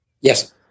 Yes